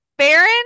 Baron